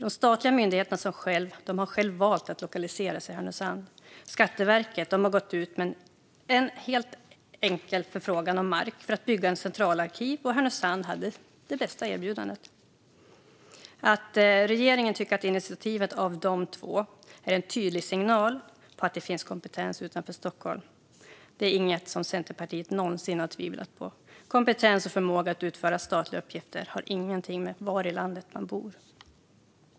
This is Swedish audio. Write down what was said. Dessa statliga myndigheter har själva valt att lokalisera sig i Härnösand. Skatteverket gick ut med en helt enkel förfrågan om mark för att bygga ett centralarkiv, och Härnösand hade det bästa erbjudandet. Regeringen tycker att initiativen från de två myndigheterna är en tydlig signal om att det finns kompetens utanför Stockholm. Det är inget som Centerpartiet någonsin har tvivlat på. Kompetens och förmåga att utföra statliga uppgifter har ingenting att göra med var i landet man bor.